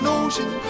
ocean